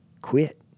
quit